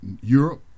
Europe